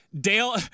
Dale